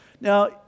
Now